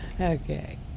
Okay